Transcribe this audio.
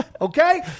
Okay